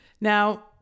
Now